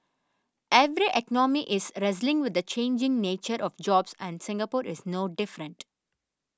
every economy is wrestling with the changing nature of jobs and Singapore is no different